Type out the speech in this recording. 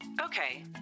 okay